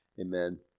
Amen